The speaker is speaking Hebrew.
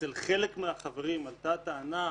שאצל חלק מהחברים עלתה טענה,